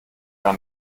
gar